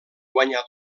guanyar